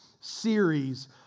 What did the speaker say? series